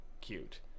cute